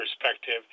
perspective